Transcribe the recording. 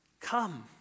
Come